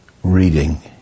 reading